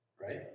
Right